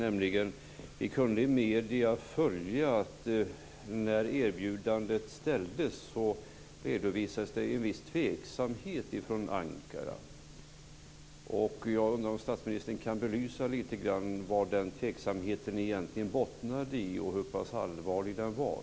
Vi kunde ju i medierna följa att när erbjudandet ställdes redovisade man en viss tveksamhet från Ankara. Jag undrar om statsministern lite grann kan belysa vad den tveksamheten egentligen bottnade i och hur pass allvarlig den var.